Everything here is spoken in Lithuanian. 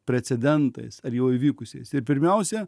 precedentais ar jau įvykusiais ir pirmiausia